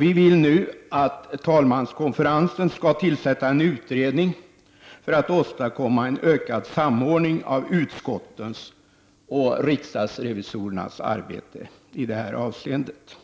Vi vill nu att talmanskonferensen skall tillsätta en utredning för att åstadkomma en ökad samordning av utskottens och riksdagsrevisorernas arbete i det här avseendet.